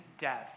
death